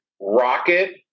rocket